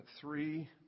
three